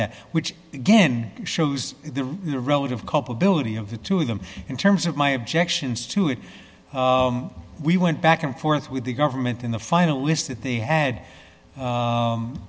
that which again shows the relative culpability of the two of them in terms of my objections to it we went back and forth with the government in the final list that they had